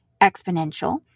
exponential